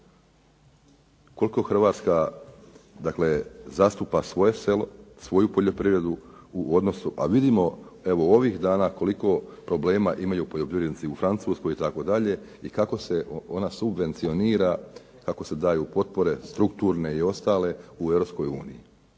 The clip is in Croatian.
Koliko Hrvatska zastupa svoje selo, svoju poljoprivredu u odnosu, a vidimo evo ovih dana koliko imaju problema poljoprivrednici u Francuskoj itd. i kako se ona subvencionira, kako se daju potpore, strukturne i ostale u